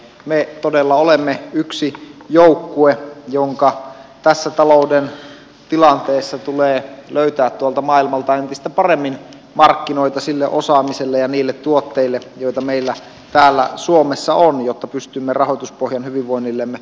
me todella olemme yksi joukkue jonka tässä talouden tilanteessa tulee löytää tuolta maailmalta entistä paremmin markkinoita sille osaamiselle ja niille tuotteille joita meillä täällä suomessa on jotta pystymme rahoituspohjan hyvinvoinnillemme varmistamaan